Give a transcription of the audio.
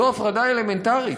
זאת הפרדה אלמנטרית.